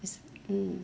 it's mm